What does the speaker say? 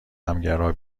همگرا